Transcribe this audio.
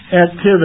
activity